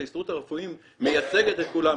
שההסתדרות הרפואית מייצגת את כולם,